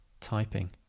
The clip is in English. typing